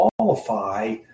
qualify